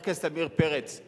חבר הכנסת עמיר פרץ,